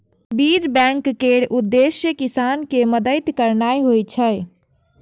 बीज बैंक केर उद्देश्य किसान कें मदति करनाइ होइ छै